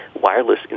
wireless